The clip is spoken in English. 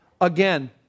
again